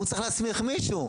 הוא צריך להסמיך מישהו,